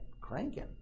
cranking